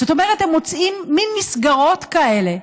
זאת אומרת, הם מוצאים מין מסגרות כאלה,